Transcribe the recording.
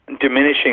diminishing